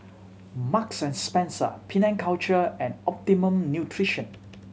Marks and Spencer Penang Culture and Optimum Nutrition